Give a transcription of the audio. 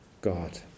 God